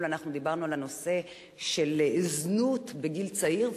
אנחנו דיברנו על הנושא של זנות בגיל צעיר,